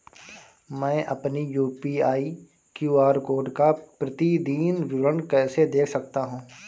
मैं अपनी UPI QR code का प्रतीदीन विवरण कैसे देख सकता हूँ?